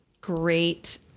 great